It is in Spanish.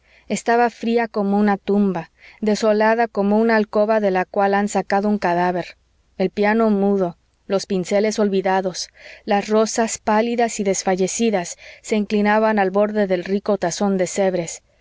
estaba fría como una tumba desolada como una alcoba de la cual han sacado un cadáver el piano mudo los pinceles olvidados las rosas pálidas y desfallecidas se inclinaban al borde del rico tazón de